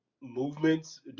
movements